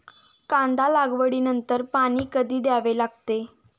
कांदा लागवडी नंतर पाणी कधी द्यावे लागते?